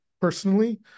personally